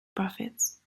profits